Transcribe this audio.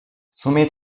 sumie